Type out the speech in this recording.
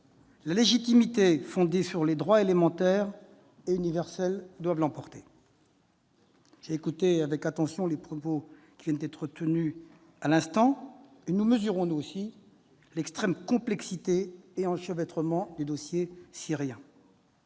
la légitimité fondée sur les droits élémentaires et universels doit l'emporter. J'ai écouté avec attention les propos qui viennent d'être tenus. Nous mesurons, nous aussi, l'extrême complexité et l'enchevêtrement du dossier syrien.